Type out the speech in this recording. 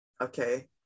Okay